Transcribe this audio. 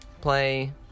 Play